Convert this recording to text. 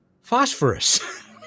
phosphorus